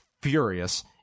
furious